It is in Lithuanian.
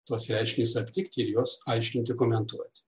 tuos reiškinius aptikti ir juos aiškinti komentuoti